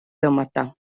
tõmmata